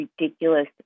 ridiculous